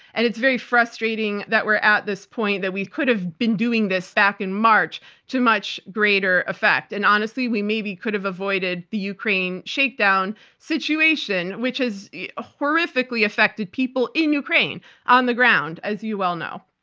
and it's very frustrating that we're at this point that we could have been doing this back in march to much greater effect. and honestly, we maybe could have avoided the ukraine shakedown situation, which has horrifically affected people in ukraine on the ground, as you well know.